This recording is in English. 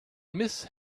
miss